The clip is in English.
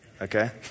Okay